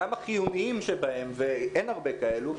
גם החיוניים שבהם ואין הרבה כאלו,